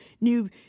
new